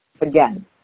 Again